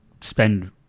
spend